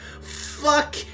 Fuck